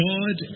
God